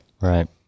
Right